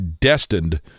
destined